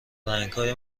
رنگهای